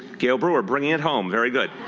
gale brewer bringing it home, very good.